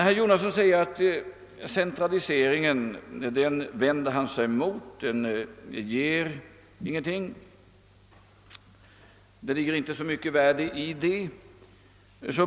Herr Jonasson sade att han vänder sig mot centraliseringen, ty det ligger inte så stort värde i den.